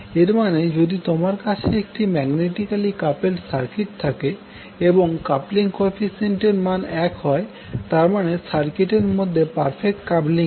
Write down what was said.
এর মানে যদি তোমার কাছে একটি ম্যাগনেটিকালী কাপেলড সার্কিট থাকে এবং কাপলিং কোইফিশিয়েন্ট এর মান এক হয় তারমানে সার্কিটের মধ্যে পারফেক্ট কাপলিং আছে